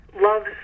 loves